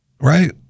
Right